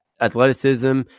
Athleticism